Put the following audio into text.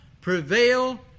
prevail